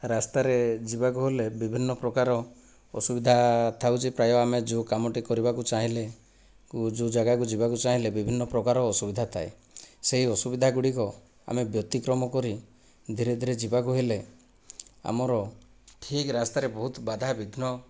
ରାସ୍ତାରେ ଯିବାକୁ ହେଲେ ବିଭିନ୍ନ ପ୍ରକାର ଅସୁବିଧା ଥାଉଛି ପ୍ରାୟ ଆମେ ଯେଉଁ କାମଟା କରିବାକୁ ଚାହିଁଲେ ଯେଉଁ ଜାଗାକୁ ଯିବାକୁ ଚାହିଁଲେ ବିଭିନ୍ନ ପ୍ରକାର ଅସୁବିଧା ଥାଏ ସେହି ଅସୁବିଧା ଗୁଡ଼ିକ ଆମେ ବ୍ୟତିକ୍ରମ କରି ଧୀରେ ଧୀରେ ଯିବାକୁ ହେଲେ ଆମର ଠିକ ରାସ୍ତାରେ ବହୁତ ବାଧା ବିଘ୍ନ